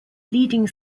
leading